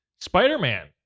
Spider-Man